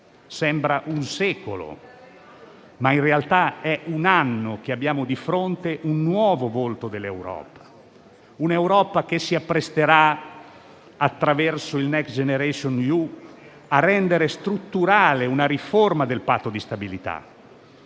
sembra un secolo, ma in realtà è un anno che abbiamo di fronte un nuovo volto dell'Europa: un'Europa che si appresterà, attraverso il Next generation EU, a rendere strutturale una riforma del Patto di stabilità,